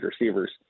receivers